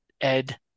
Ed